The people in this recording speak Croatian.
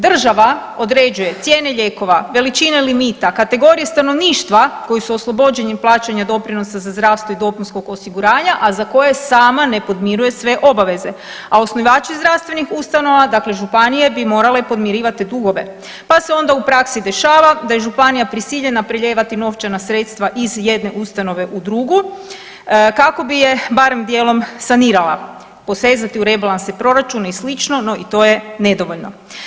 Država određuje cijene lijekova, većine limita, kategorije stanovništva koje su oslobođeni od plaćanja doprinosa za zdravstvo i dopunskog osiguranja, a za koje sama ne podmiruje sve obaveze, a osnivački zdravstvenih ustanova, dakle županije bi morale podmirivati dugove pa se onda u praksi dešava da je županija prisiljena prelijevati novčana sredstva iz jedne ustanove u drugu, kako bi se barem dijelom sanirala, posezati u rebalanse proračuna i sl., no i to je nedovoljno.